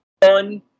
fun